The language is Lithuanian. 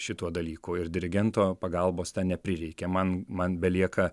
šituo dalyku ir dirigento pagalbos neprireikia man man belieka